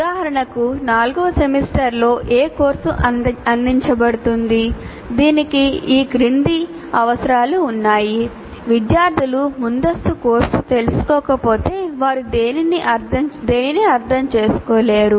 ఉదాహరణకు నాల్గవ సెమిస్టర్లో A కోర్సు అందించబడుతుంది దీనికి ఈ క్రింది అవసరాలు ఉన్నాయి విద్యార్థులు ముందస్తు కోర్సు తీసుకోకపోతే వారు దీనిని అర్థం చేసుకోలేరు